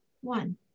one